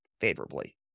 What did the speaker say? favorably